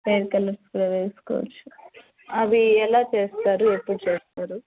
hair colours కూడా వేసుకోవచ్చు అవి ఎలా చేస్తారు ఎప్పుడు చేస్తారు